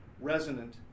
resonant